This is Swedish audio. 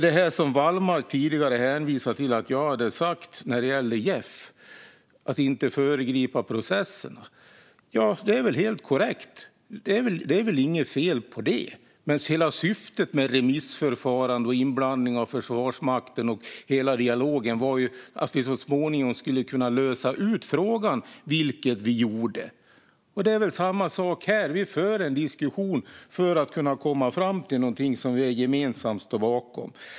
Det som Wallmark tidigare hänvisade till när det gäller vad jag hade sagt om JEF och att inte föregripa processerna är helt korrekt. Det är väl inget fel på det! Syftet med remissförfarande och inblandning av Försvarsmakten och hela dialogen var att vi så småningom skulle kunna lösa frågan, vilket vi gjorde. Det är samma sak här. Vi för en diskussion för att kunna komma fram till någonting som vi gemensamt står bakom.